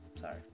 sorry